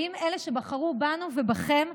האם אלה שבחרו בנו ובכם,